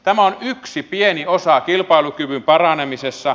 tämä on yksi pieni osa kilpailukyvyn paranemisessa